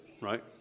right